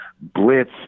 blitz